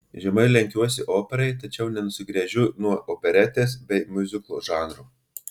žemai lenkiuosi operai tačiau nenusigręžiu nuo operetės bei miuziklo žanrų